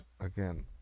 again